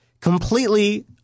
completely